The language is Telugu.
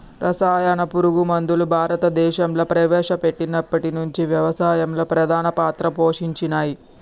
రసాయన పురుగు మందులు భారతదేశంలా ప్రవేశపెట్టినప్పటి నుంచి వ్యవసాయంలో ప్రధాన పాత్ర పోషించినయ్